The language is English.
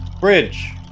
Bridge